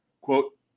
quote